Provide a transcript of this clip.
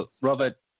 Robert